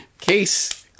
Case